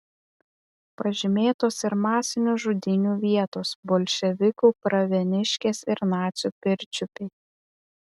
pažymėtos ir masinių žudynių vietos bolševikų pravieniškės ir nacių pirčiupiai